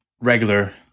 regular